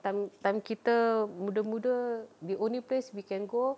time time kita muda-muda the only place we can go